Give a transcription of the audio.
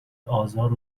آزار